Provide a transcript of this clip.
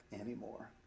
anymore